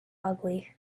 ugly